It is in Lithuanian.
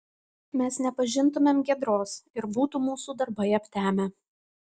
mes nepažintumėm giedros ir būtų mūsų darbai aptemę